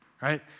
right